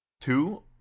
two